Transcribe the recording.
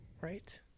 right